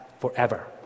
forever